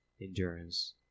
endurance